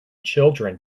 children